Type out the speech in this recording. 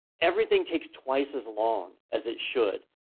everything takes twice as long as it should.